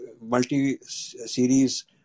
multi-series